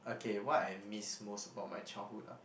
okay what I miss most about my childhood ah